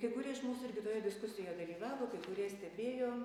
kai kurie iš mūsų irgi toje diskusijo dalyvavo kai kurie stebėjo